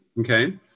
okay